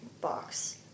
box